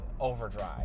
overdrive